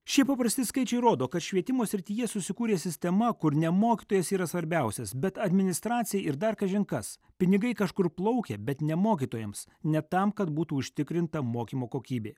šie paprasti skaičiai rodo kad švietimo srityje susikūrė sistema kur ne mokytojas yra svarbiausias bet administracija ir dar kažin kas pinigai kažkur plaukia bet ne mokytojams ne tam kad būtų užtikrinta mokymo kokybė